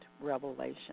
revelation